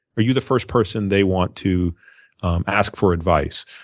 are you the first person they want to ask for advice?